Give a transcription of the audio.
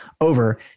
over